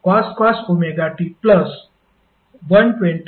तर शेवटी i5cos ωt126